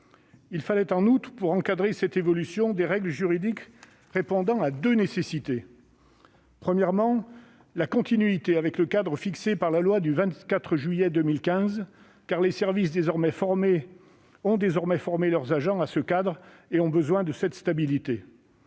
Il fallait en outre, pour encadrer cette évolution, des règles juridiques répondant à deux nécessités : premièrement, la continuité avec le cadre fixé par la loi du 24 juillet 2015, car les services ont formé leurs agents à ce cadre et ont désormais besoin de stabilité